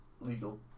legal